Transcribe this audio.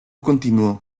continuó